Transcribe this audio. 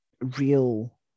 real